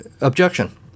Objection